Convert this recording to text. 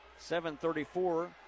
7-34